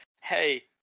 hey